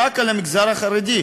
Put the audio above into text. חל אך ורק על המגזר החרדי.